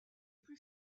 plus